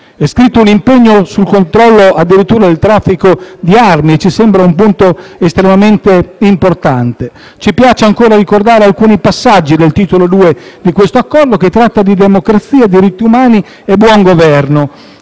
È scritto un impegno addirittura sul controllo del traffico di armi, che ci sembra un punto estremamente importante. Ci piace ancora ricordare alcuni passaggi del titolo II dell'Accordo, che tratta di democrazia, diritti umani e buon governo,